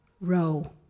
row